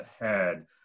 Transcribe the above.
ahead